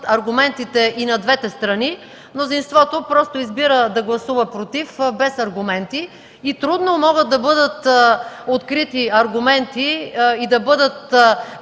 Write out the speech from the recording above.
аргументите и на двете страни. Мнозинството просто избира да гласува „против” без аргументи. Трудно могат да бъдат открити аргументи и да бъдат